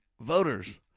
voters